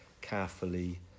carefully